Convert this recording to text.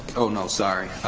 oh no, sorry,